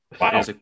Wow